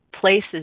places